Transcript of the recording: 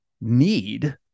need